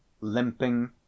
Limping